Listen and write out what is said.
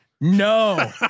No